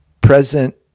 present